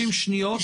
שניות.